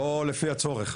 לא לפי הצורך.